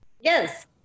Yes